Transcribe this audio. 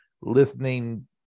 listening